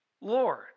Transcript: Lord